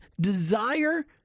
desire